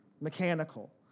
mechanical